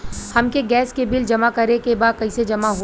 हमके गैस के बिल जमा करे के बा कैसे जमा होई?